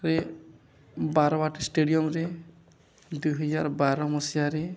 ରେ ବାରବାଟୀ ଷ୍ଟାଡ଼ିୟମ୍ରେ ଦୁଇହଜାର ବାର ମସିହାରେ